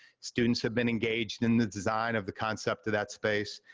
students have been engaged in the design of the concept of that space.